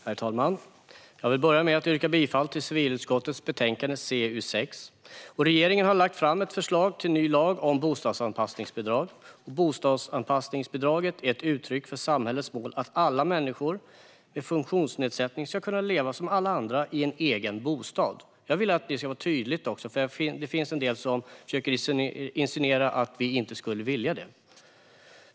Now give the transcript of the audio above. Herr talman! Jag vill börja med att yrka bifall till förslaget i civilutskottets betänkande CU6. Regeringen har lagt fram ett förslag till ny lag om bostadsanpassningsbidrag. Bostadsanpassningsbidraget är ett uttryck för samhällets mål att alla människor med funktionsnedsättning ska kunna leva som alla andra i en egen bostad. Jag vill att det ska vara tydligt, för det finns en del som försöker insinuera att vi inte skulle vilja det.